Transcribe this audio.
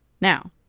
Now